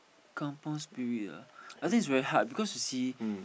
kampung Spirit ah I think is very hard because you see